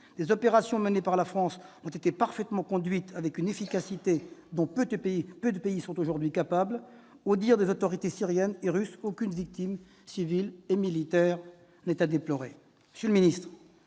Les opérations menées par la France ont été parfaitement conduites, avec une efficacité dont peu de pays sont aujourd'hui capables. Au dire des autorités syriennes et russes, aucune victime civile ou militaire n'est à déplorer.